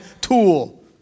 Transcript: tool